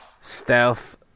stealth